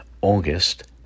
August